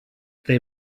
they